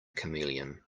chameleon